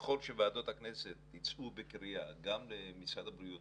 ככל שוועדות הכנסת יצאו בקריאה גם למשרד הבריאות